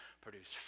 produce